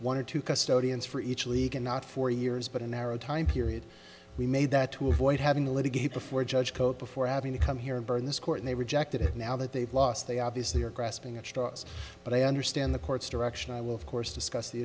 one or two custodians for each league and not for years but a narrow time period we made that to avoid having a litigate before judge cut before having to come here and burn this court they rejected it now that they've lost they obviously are grasping at straws but i understand the court's direction i will of course discuss the